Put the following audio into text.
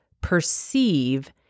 perceive